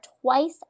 twice